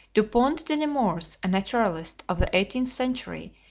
dupont de nemours, a naturalist of the eighteenth century,